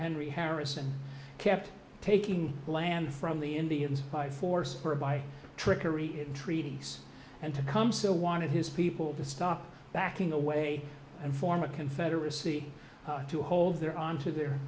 henry harrison kept taking land from the indians by force or by trickery in treaties and to come so wanted his people to stop backing away and form a confederacy to hold their onto their